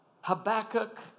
Habakkuk